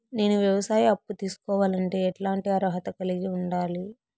నేను వ్యవసాయ అప్పు తీసుకోవాలంటే ఎట్లాంటి అర్హత కలిగి ఉండాలి?